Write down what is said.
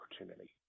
opportunity